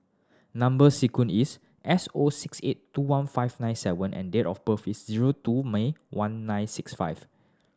number sequence is S O six eight two one five nine seven and date of birth is zero two May one nine six five